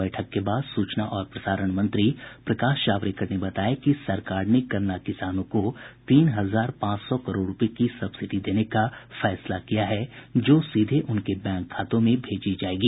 बैठक के बाद सूचना और प्रसारण मंत्री प्रकाश जावड़ेकर ने बताया कि सरकार ने गन्ना किसानों को तीन हजार पांच सौ करोड़ रुपए की सब्सिडी देने का फैसला किया है जो सीधे उनके बैंक खातों में स्थानांतरित की जाएगी